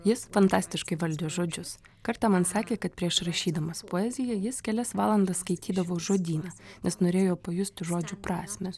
jis fantastiškai valdė žodžius kartą man sakė kad prieš rašydamas poeziją jis kelias valandas skaitydavo žodyną nes norėjo pajusti žodžių prasmę